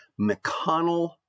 McConnell